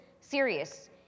serious